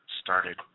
started